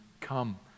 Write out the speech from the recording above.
Come